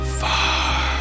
far